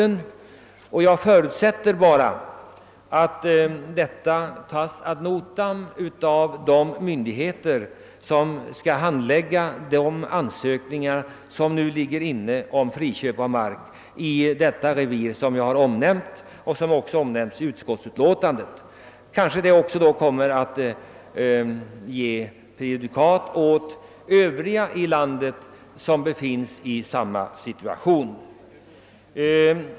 Jag förutsätter att denna skrivning tas ad notam av de myndigheter, som skall handlägga de nu föreliggande ansökningarna om friköp av mark i det revir jag omnämnt och som även utskottet omnämner i sitt utlåtande. Detta kanske kommer att skapa prejudikat för övriga i landet som befinner sig i samma situation.